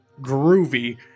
groovy